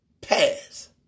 pass